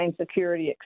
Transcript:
security